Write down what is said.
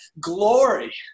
glory